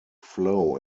flow